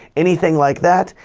anything like that,